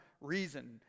reason